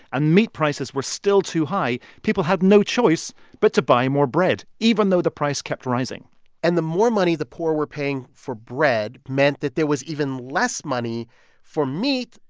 and meat prices were still too high, people had no choice but to buy more bread even though the price kept rising and the more money the poor were paying for bread meant that there was even less money for meat.